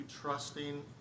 trusting